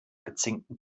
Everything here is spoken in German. gezinkten